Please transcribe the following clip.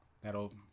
That'll